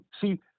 see